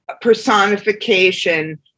personification